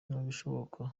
bishoboka